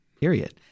period